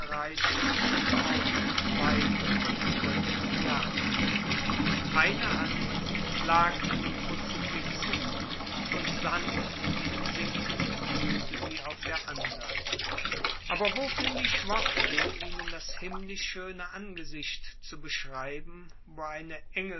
unordnung weit über den rücken hinab eine hand lag an dem kruzifixe und sanft hinsinkend ruhte sie auf der andern aber wo finde ich worte ihnen das himmlisch schöne angesicht zu beschreiben wo eine